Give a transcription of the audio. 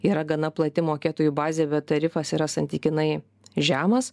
yra gana plati mokėtojų bazė bet tarifas yra santykinai žemas